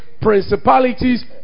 principalities